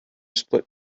split